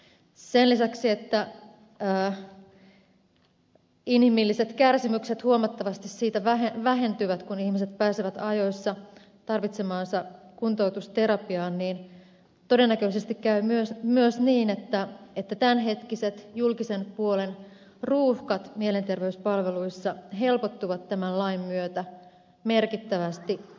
sen lisäksi että inhimilliset kärsimykset huomattavasti vähentyvät kun ihmiset pääsevät ajoissa tarvitsemaansa kuntoutusterapiaan todennäköisesti käy myös niin että tämänhetkiset julkisen puolen ruuhkat mielenterveyspalveluissa helpottuvat tämän lain myötä merkittävästi